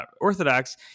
Orthodox